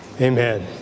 amen